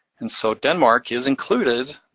and so denmark is included,